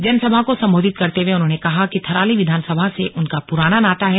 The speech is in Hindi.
जनसभा को संबोधित करते हुए उन्होंने कहा कि थराली विधानसभा से उनका पुराना नाता है